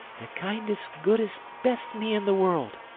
the kindest, goodest, best me in the world,